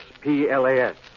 P-L-A-S